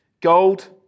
Gold